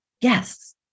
Yes